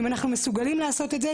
אם אנחנו מסוגלים לעשות את זה,